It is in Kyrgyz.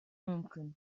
мүмкүн